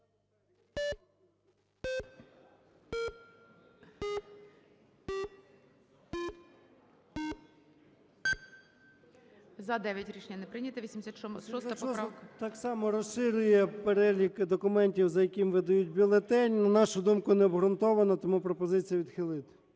О.М. 86-а так само розширює перелік документів, за якими видають бюлетень. На нашу думку, необґрунтовано. Тому пропозиція відхилити.